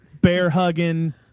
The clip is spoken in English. bear-hugging